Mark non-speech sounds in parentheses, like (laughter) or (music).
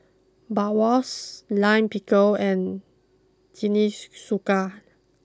Bratwurst Lime Pickle and (unintelligible)